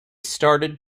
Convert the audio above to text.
started